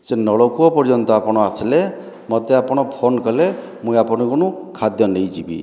ସେ ନଳକୂଅ ପର୍ଯ୍ୟନ୍ତ ଆପଣ ଆସିଲେ ମୋତେ ଆପଣ ଫୋନ୍ କଲେ ମୁଇଁ ଆପଣଙ୍କନୁ ଖାଦ୍ୟ ନେଇଯିବି